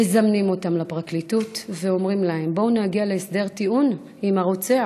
מזמנים אותם לפרקליטות ואומרים להם: בואו נגיע להסדר טיעון עם הרוצח.